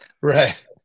Right